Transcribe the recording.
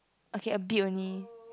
okay a bit only